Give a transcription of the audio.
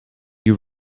you